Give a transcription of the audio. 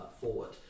forward